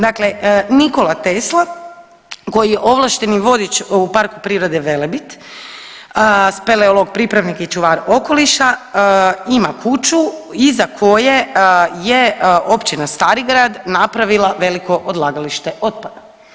Dakle, Nikola Tesla koji je ovlašteni vodič u Parku prirode Velebit, speleolog i pripravnik i čuvar okoliša ima kuću iza koje je Općina Starigrad napravila veliko odlagalište otpada.